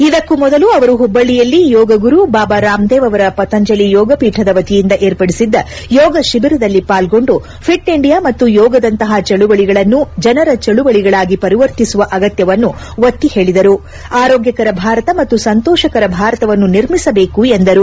ಇದಕ್ಕೂ ಮೊದಲು ಅವರು ಹುಬ್ಬಣ್ಯಲ್ಲಿ ಯೋಗ ಗುರು ಬಾಬಾ ರಾಮ್ದೇವ್ ಅವರ ಪತಂಜಲಿ ಯೋಗಪೀಠದ ವತಿಯಿಂದ ಏರ್ಪಡಿಸಿದ್ದ ಯೋಗ ಶಿವಿರದಲ್ಲಿ ಪಾಲ್ಗೊಂಡು ಫಿಟ್ ಇಂಡಿಯಾ ಮತ್ತು ಯೋಗದಂತಹ ಚಳುವಳಗಳನ್ನು ಜನರ ಚಳುವಳಗಳಾಗಿ ಪರಿವರ್ತಿಸುವ ಅಗತ್ತವನ್ನು ಒತ್ತಿ ಹೇಳದ ಅವರು ಆರೋಗ್ಗಕರ ಭಾರತ ಮತ್ತು ಸಂತೋಷಕರ ಭಾರತವನ್ನು ನಿರ್ಮಿಸಬೇಕು ಎಂದರು